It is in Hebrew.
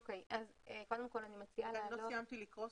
עוד לא סיימתי לקרוא.